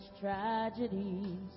tragedies